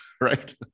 right